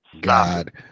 god